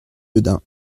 gaudin